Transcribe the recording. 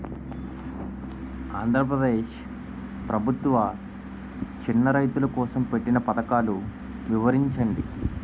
ఆంధ్రప్రదేశ్ ప్రభుత్వ చిన్నా రైతుల కోసం పెట్టిన పథకాలు వివరించండి?